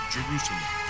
Jerusalem